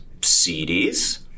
CDs